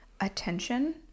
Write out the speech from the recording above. attention